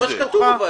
זה מה שכתוב.